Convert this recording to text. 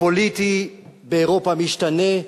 הפוליטי באירופה משתנה,